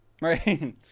Right